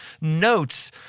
notes